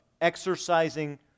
exercising